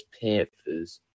Panthers